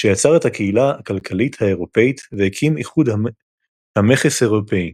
שיצר את הקהילה הכלכלית האירופית והקים איחוד המכס האירופי.